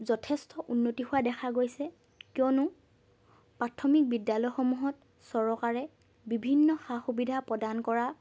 যথেষ্ট উন্নতি হোৱা দেখা গৈছে কিয়নো প্ৰাথমিক বিদ্যালয়সমূহত চৰকাৰে বিভিন্ন সা সুবিধা প্ৰদান কৰা